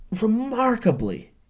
remarkably